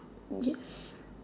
yes